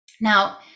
Now